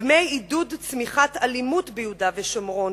דמי עידוד צמיחת אלימות ביהודה ושומרון,